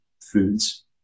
foods